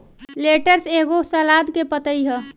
lettuce एगो सलाद के पतइ ह